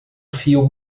fio